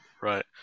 Right